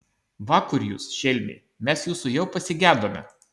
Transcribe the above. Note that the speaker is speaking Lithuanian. va kur jūs šelmiai mes jūsų jau pasigedome